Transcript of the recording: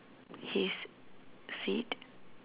his seat